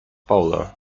bowler